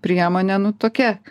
priemonė nu tokia